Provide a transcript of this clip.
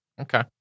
Okay